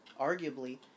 arguably